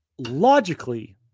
logically